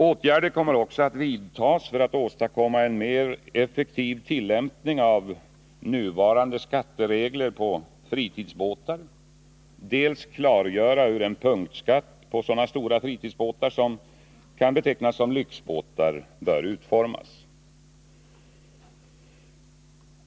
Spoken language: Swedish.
Åtgärder kommer också att vidtas för att åstadkomma en mer effektiv tillämpning av nuvarande skatteregler beträffande fritidsbåtar samt för att klargöra hur en punktskatt på sådana stora fritidsbåtar som kan betecknas som lyxbåtar bör utformas.